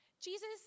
Jesus